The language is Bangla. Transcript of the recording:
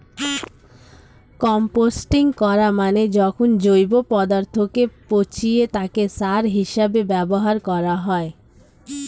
কম্পোস্টিং করা মানে যখন জৈব পদার্থকে পচিয়ে তাকে সার হিসেবে ব্যবহার করা হয়